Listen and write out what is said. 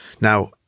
Now